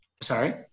Sorry